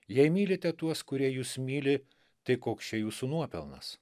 jei mylite tuos kurie jus myli tai koks čia jūsų nuopelnas